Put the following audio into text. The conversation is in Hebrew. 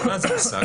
זה מושג,